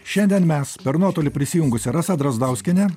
šiandien mes per nuotolį prisijungusia rasa drazdauskiene